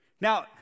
Now